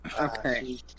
Okay